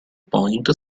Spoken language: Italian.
point